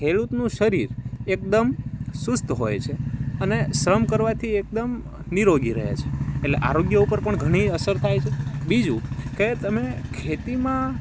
ખેડૂતનું શરીર એકદમ ચુસ્ત હોય છે અને શ્રમ કરવાથી એકદમ નીરોગી રહે છે એટલે આરોગ્ય ઉપર પણ ઘણી અસર થાય છે બીજું કે તમે ખેતીમાં